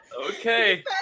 okay